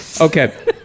okay